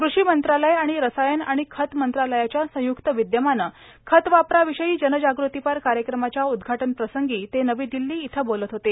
कृषी मंत्रालय आणि रसायन आणि खत मंत्रालयाच्या संयुक्त विद्यमानं खत वापराविषयी जनजागृतीपर कार्यक्रमाच्या उद्घाटनप्रसंगी ते नवी दिल्ली इथं बोलत होते